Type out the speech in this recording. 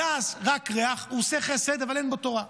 ההדס, רק ריח, הוא עושה חסד אבל אין בו תורה.